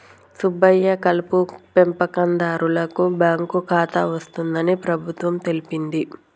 సుబ్బయ్య కలుపు పెంపకందారులకు బాంకు ఖాతా వస్తుందని ప్రభుత్వం తెలిపింది